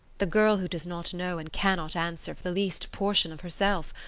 the girl who does not know and cannot answer for the least portion of herself?